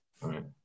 Right